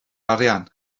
arian